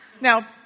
Now